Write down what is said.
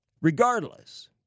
regardless